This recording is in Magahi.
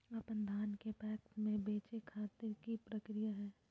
अपन धान के पैक्स मैं बेचे खातिर की प्रक्रिया हय?